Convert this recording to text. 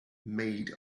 made